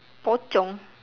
pocong